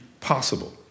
possible